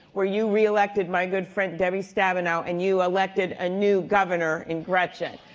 where you reelected my good friend debbie stabenow and you elected a new governor in gretchen.